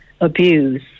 abuse